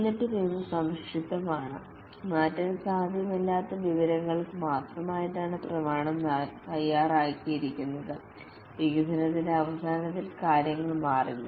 എന്നിട്ടും ഇവ സംക്ഷിപ്തമാണ് മാറ്റാൻ സാധ്യതയില്ലാത്ത വിവരങ്ങൾക്ക് മാത്രമായിട്ടാണ് പ്രമാണം തയ്യാറാക്കിയത് വികസനത്തിന്റെ അവസാനത്തിൽ കാര്യങ്ങൾ മാറില്ല